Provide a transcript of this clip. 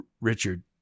Richard